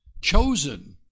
chosen